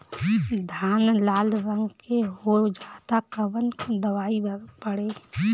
धान लाल रंग के हो जाता कवन दवाई पढ़े?